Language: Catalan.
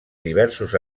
diversos